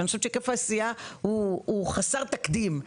אני חושבת שהיקף העשייה הוא חסר תקדים.